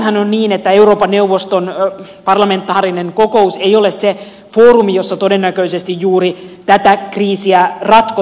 osittainhan on niin että euroopan neuvoston parlamentaarinen kokous ei ole se foorumi jossa todennäköisesti juuri tätä kriisiä ratkotaan